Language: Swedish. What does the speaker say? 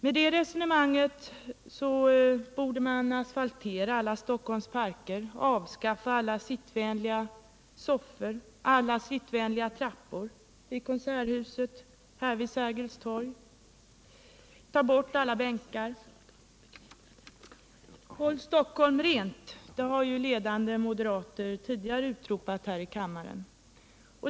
Med det resonemanget borde man asfaltera alla Stockholms parker, avskaffa alla sittvänliga trappor vid Konserthuset och här vid Sergels torg, ta bort alla bänkar. Håll Stockholm rent, har ju ledande moderater tidigare utropat här i kammaren.